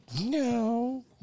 No